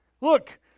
Look